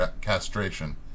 castration